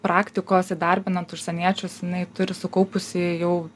praktikos įdarbinant užsieniečius jinai turi sukaupusi jau